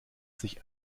sich